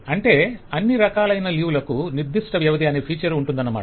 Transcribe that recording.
అంటే అన్ని రకాలైన లీవ్ లకు నిర్దిష్ట వ్యవధి అనే ఫీచర్ ఉంటున్నదన్నమాట